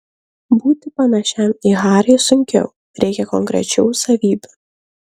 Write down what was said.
būti panašiam į harį sunkiau reikia konkrečių savybių